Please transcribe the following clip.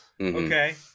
Okay